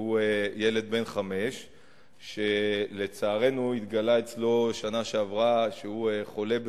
הוא ילד בן חמש שלצערנו התגלה בשנה שעברה שהוא חולה בסרטן,